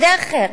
מקרה אחר,